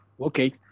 okay